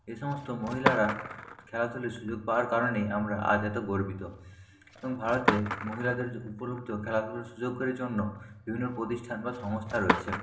এই সমস্ত মহিলারা খেলাধুলোর সুযোগ পাওয়ার কারণেই আমরা আজ এত গর্বিত এবং ভারতে মহিলাদের উপলব্ধ খেলাধুলোর সুযোগ জন্য বিভিন্ন প্রতিষ্ঠান বা সংস্থা রয়েছে